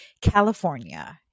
California